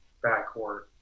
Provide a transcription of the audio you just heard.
backcourt